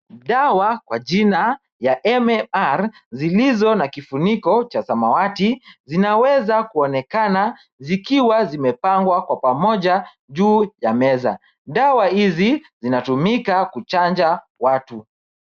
Dawa, kwa jina ya MMR zilizo na kifuniko cha samawati, zinaweza kuonekana zikiwa zimepangwa kwa pamoja juu ya meza. Dawa hizi zinatumika kuchanja watu.